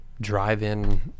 drive-in